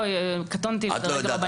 קטונתי לדרג רבנים.